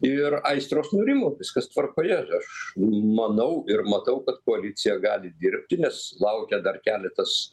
ir aistros nurimo viskas tvarkoje aš manau ir matau kad koalicija gali dirbti nes laukia dar keletas